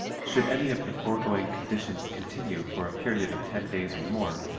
should any of the foregoing conditions continue for a period of ten days or more,